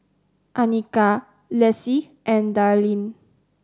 Annika Lessie and Darlyne